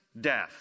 death